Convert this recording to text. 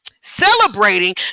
celebrating